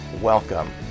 Welcome